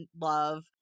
love